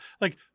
Like-